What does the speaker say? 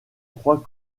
crois